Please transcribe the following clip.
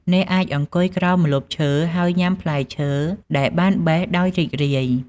អ្នកអាចអង្គុយក្រោមម្លប់ឈើហើយញ៉ាំផ្លែឈើដែលអ្នកបានបេះដោយរីករាយ។